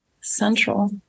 Central